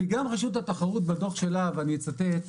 כי גם רשות התחרות בדו"ח שלה ואני אצטט,